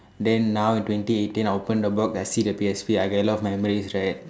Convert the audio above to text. then now twenty eighteen I open the box I see the P_S_P I get a lot of memories right